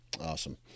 Awesome